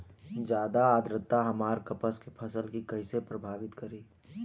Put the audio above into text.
ज्यादा आद्रता हमार कपास के फसल कि कइसे प्रभावित करी?